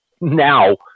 now